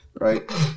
right